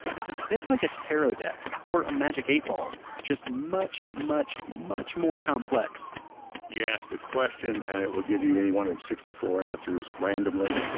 it's a bit like a tarot deck, or a magic eight ball just much, much, much more complex you ask a question and it would give you you any one of sixty four answers randomly.